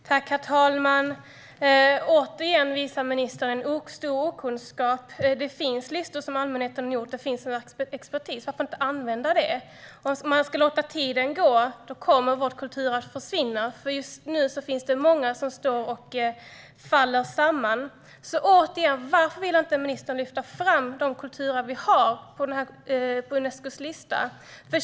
Herr talman! Återigen visar ministern en stor okunskap. Det finns listor som allmänheten har gjort, och det finns en expertis. Varför använder man inte dem? Om man låter tiden gå kommer vårt kulturarv att försvinna. Just nu finns det många som står och faller samman. Jag frågar återigen: Varför vill ministern inte lyfta fram de kulturarv som vi har på Unescos lista?